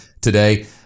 today